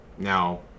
Now